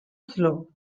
slow